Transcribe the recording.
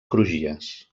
crugies